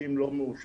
בתים לא מאושרים,